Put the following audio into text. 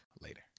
later